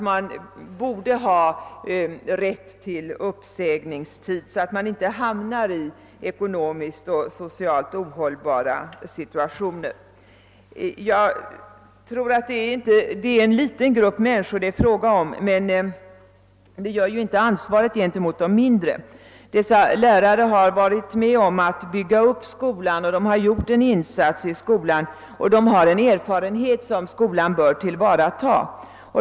Man borde ha rätt till uppsägningstid så att man inte hamnar i ekonomiskt och socialt ohållbara situationer. Det är här fråga om en liten grupp människor, men det gör ju inte ansvaret gentemot dem mindre. Dessa lärare har varit med om att bygga upp skolan och har gjort en insats i skolan, och de har en erfarenhet som skolan bör tillvarata.